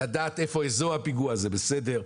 לדעת איפה אזור הפיגוע זה בסדר.